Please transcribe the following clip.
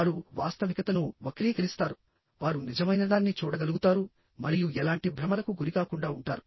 వారు వాస్తవికతను వక్రీకరిస్తారు వారు నిజమైనదాన్ని చూడగలుగుతారు మరియు ఎలాంటి భ్రమలకు గురికాకుండా ఉంటారు